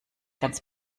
ganz